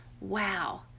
wow